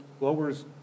lowers